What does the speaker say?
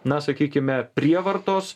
na sakykime prievartos